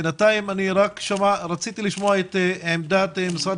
בינתיים אני רק רציתי לשמוע את עמדת משרד